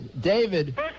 David